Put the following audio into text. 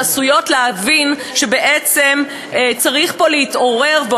שעשויות להביא להבנה שבעצם צריך פה להתעורר,